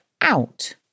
out